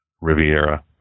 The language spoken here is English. Riviera